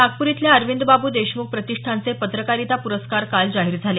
नागपूर इथल्या अरविंदबाबू देशमुख प्रतिष्ठानचे पत्रकारिता पुरस्कार काल जाहीर झाले